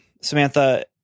Samantha